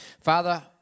Father